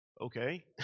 Okay